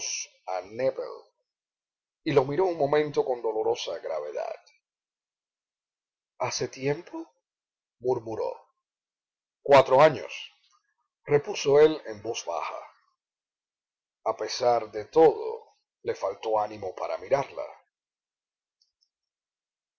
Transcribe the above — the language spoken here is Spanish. y lo miró un momento con dolorosa gravedad hace tiempo murmuró cuatro años repuso él en voz baja a pesar de todo le faltó ánimo para mirarla